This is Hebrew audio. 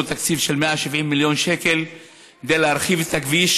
תקציב של 170 מיליון שקל כדי להרחיב את הכביש,